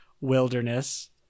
wilderness